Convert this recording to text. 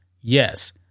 Yes